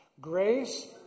grace